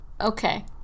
Okay